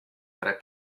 tre